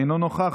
אינו נוכח,